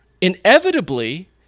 inevitably